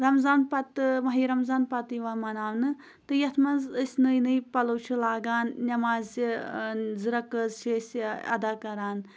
رمضان پتہٕ ماہِ رمضان پتہٕ یِوان مناونہٕ تہٕ یَتھ منٛز أسۍ نٔے نٔے پَلو چھِ لاگان نٮ۪مازِ زٕ رَکٲژ چھِ أسۍ اَدا کران